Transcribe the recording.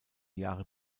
jahre